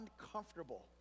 uncomfortable